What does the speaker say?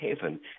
heaven